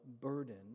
burden